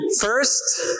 first